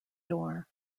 door